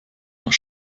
nach